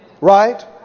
Right